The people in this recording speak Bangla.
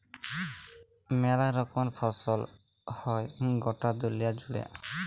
মেলা রকমের ফসল হ্যয় গটা দুলিয়া জুড়ে